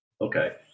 Okay